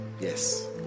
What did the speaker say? Yes